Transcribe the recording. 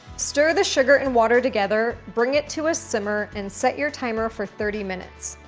stir the sugar and water together, bring it to a simmer, and set your timer for thirty minutes.